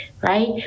right